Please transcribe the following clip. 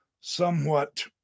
somewhat